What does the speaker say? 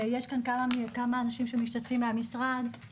ויש כאן כמה אנשים שמשתתפים מהמשרד,